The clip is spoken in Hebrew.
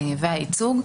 והייצוג.